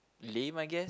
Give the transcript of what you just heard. lame I guess